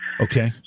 Okay